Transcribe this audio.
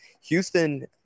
Houston